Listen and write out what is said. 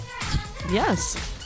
Yes